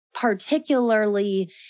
particularly